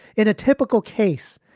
in a typical case.